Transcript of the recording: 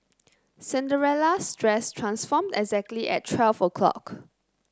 Cinderella's dress transformed exactly at twelve o'clock